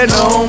no